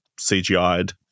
CGI'd